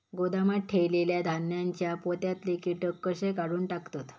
गोदामात ठेयलेल्या धान्यांच्या पोत्यातले कीटक कशे काढून टाकतत?